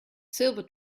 silver